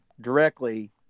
directly